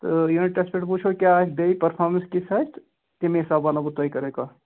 تہٕ unit test پٮ۪ٹھ وٕچھو کیٛاہ آسہِ بیٚیہِ پٔرفارمَنس کِژھ آسہِ تہٕ تَمہِ حساب وَنو بہٕ تۄہہِ کَرٕنۍ کَتھ